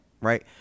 right